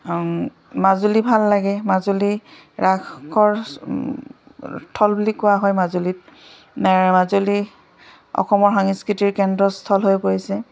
মাজুলী ভাল লাগে মাজুলী ৰাসৰ থল বুলি কোৱা হয় মাজুলীত মাজুলী অসমৰ সাংস্কৃতিৰ কেন্দ্ৰৰ স্থল হৈ পৰিছে